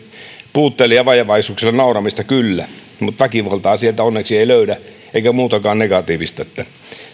puutteille ja vajavaisuuksille nauramista kyllä mutta väkivaltaa sieltä onneksi ei löydä eikä muutakaan negatiivista